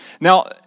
Now